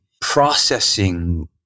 processing